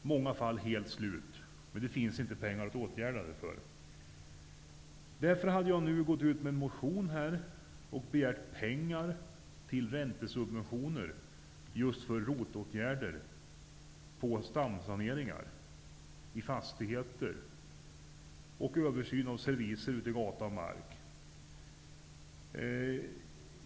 I många fall är de helt slut, men det finns inte några pengar för att åtgärda detta. Därför har jag väckt en motion där jag begär pengar till räntesubventioner just för ROT åtgärder vid stamsaneringar i fastigheter och för översyn av ledningar ute på gata och mark.